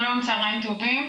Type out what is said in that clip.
שלום, צהריים טובים.